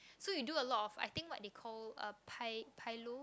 so you do a lot of I think what they call a pi~ pilo